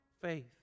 faith